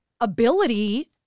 ability